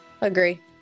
Agree